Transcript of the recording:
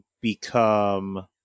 become